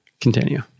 continue